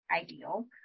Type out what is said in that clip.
ideal